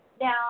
Now